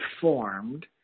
formed